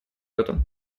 этом